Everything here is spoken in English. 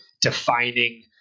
defining